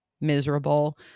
miserable